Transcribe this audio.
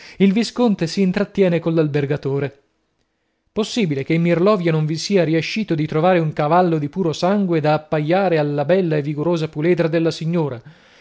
il visconte si intrattiene coll'albergatore possibile che in mirlovia non vi sia riescito di trovare un cavallo di puro sangue da appaiare alla bella e vigorosa puledra della signora